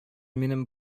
минем